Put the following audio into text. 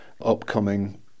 upcoming